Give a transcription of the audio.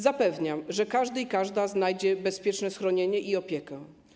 Zapewniam, że każdy i każda znajdzie bezpieczne schronienie i opiekę.